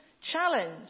challenge